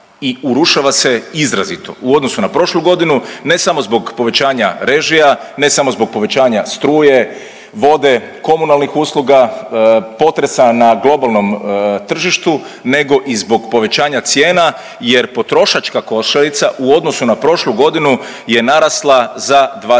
i urušava se izrazito u odnosu na prošlu godinu, ne samo zbog povećanja režija, ne samo zbog povećanja struke, vode, komunalnih usluga, potresa na globalnom tržištu nego i zbog povećanja cijena jer potrošačka košarica u odnosu na prošlu godinu je narasla za 20%,